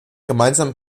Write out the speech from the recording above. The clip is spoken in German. gemeinsamen